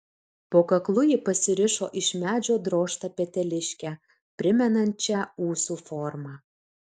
po kaklu ji pasirišo iš medžio drožtą peteliškę primenančią ūsų formą